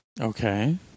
Okay